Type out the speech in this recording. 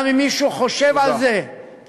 גם אם מישהו חושב על זה, תודה.